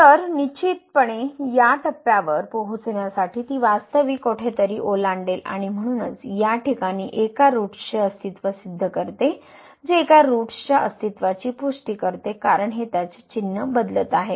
तर निश्चितपणे या टप्प्यावर पोहोचण्यासाठी ती वास्तविक कोठेतरी ओलांडेल आणि म्हणूनच या ठिकाणी एका रुटसचे अस्तित्व सिद्ध करते जे एका रुटसच्या अस्तित्वाची पुष्टी करते कारण हे त्याचे चिन्ह बदलत आहे